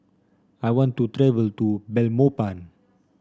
I want to travel to Belmopan